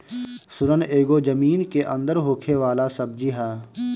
सुरन एगो जमीन के अंदर होखे वाला सब्जी हअ